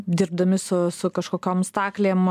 dirbdami su su kažkokiom staklėm